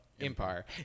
Empire